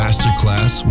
Masterclass